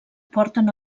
porten